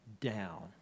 down